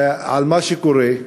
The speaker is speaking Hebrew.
את מה שקורה,